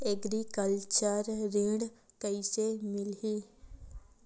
Agriculture ऋण कइसे मिलही?